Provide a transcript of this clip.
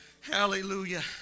hallelujah